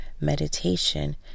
meditation